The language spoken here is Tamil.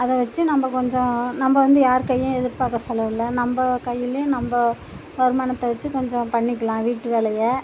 அதை வெச்சு நம்ப கொஞ்சம் நம்ப வந்து யார் கையையும் எதிர்பார்க்க செலவில்ல நம்ப கையிலையும் நம்ப வருமானத்தை வெச்சு கொஞ்சம் பண்ணிக்கலாம் வீட்டு வேலையை